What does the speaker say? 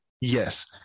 Yes